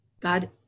God